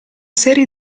serie